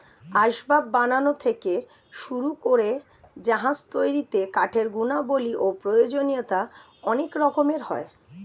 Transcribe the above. আসবাব বানানো থেকে শুরু করে জাহাজ তৈরিতে কাঠের গুণাবলী ও প্রয়োজনীয়তা অনেক রকমের হয়